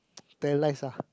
tell lies lah